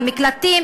מקלטים,